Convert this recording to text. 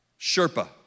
Sherpa